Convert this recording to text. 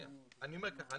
אני אומר ככה,